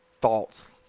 thoughts